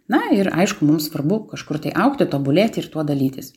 na ir aišku mums svarbu kažkur tai augti tobulėti ir tuo dalytis